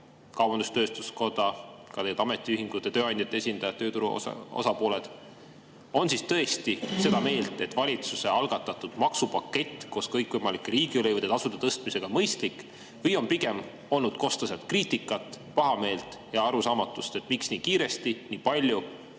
kaubandus-tööstuskoda, ka ametiühingute ja tööandjate esindajad, tööturu osapooled on siis tõesti seda meelt, et valitsuse algatatud maksupakett koos kõikvõimalike riigilõivude ja tasude tõstmisega on mõistlik, või on pigem olnud kosta sealt kriitikat, pahameelt ja arusaamatust, miks nii kiiresti, nii palju